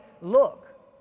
look